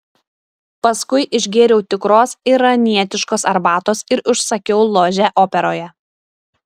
paskui išgėriau tikros iranietiškos arbatos ir užsakiau ložę operoje